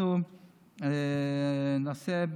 אנחנו נעשה,